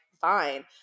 fine